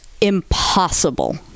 Impossible